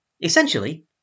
essentially